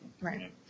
Right